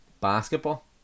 basketball